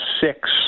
six